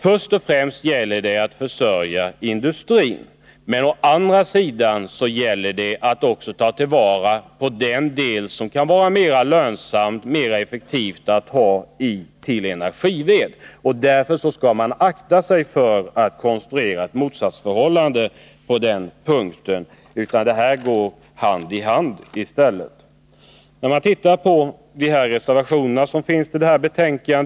Först och främst gäller det att försörja industrin, men å andra sidan är det också angeläget att ta till vara den del som det kan vara mer lönsamt och mer effektivt att använda till energived. Därför skall man akta sig för att konstruera ett motsatsförhållande på den punkten. I reservationerna krävs utredningar.